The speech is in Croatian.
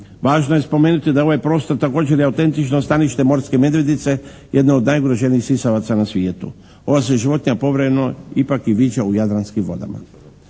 Važno je spomenuti da je ovaj prostor također i autentično stanište morske medvjedice jedne od najugroženijih sisavaca na svijetu. Ova se životinja povremeno ipak i viđa u Jadranskim vodama.